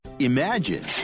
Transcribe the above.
imagine